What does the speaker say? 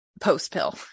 post-pill